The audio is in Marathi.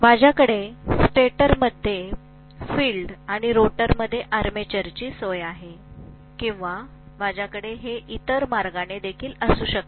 माझ्याकडे स्टेटरमध्ये फील्ड आणि रोटरमध्ये आर्मेचरची सोय आहे किंवा माझ्याकडे हे इतर मार्गाने देखील असू शकते